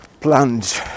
plunge